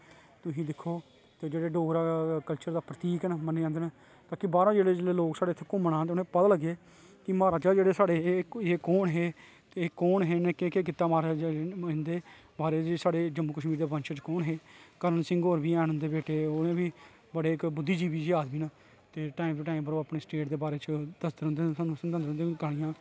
तुसी दिक्खो ते जेहडे़ डोगरा कल्चर दा प्रतीक ना मन्ने जंदे ना ताकि बाहरा जिसलै लोक साढ़े इत्थै घूमन आन ते उनेंगी पता लग्गे कि महाराजा हे जेहडे़ साढ़े ऐ कु'न है ते कु'न है इन्हे केह् केह् कीता महाराजा जेहडे़ इन्दे बारे च साढ़े जम्मू कशमीर दे बंश च कु'न ऐ करण सिंह होर बी हैन उन्दे बेटे उनें बी बडे़ इक बुद्धी जीवी आदमी ना ते टाइम टू टाइम उप्पर अपनी स्टेट दे बारे च दसदे रौंहंदे ना स्हानू समझांदे रौंहंदे न